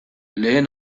lehen